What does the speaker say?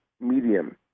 medium